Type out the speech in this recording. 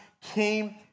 came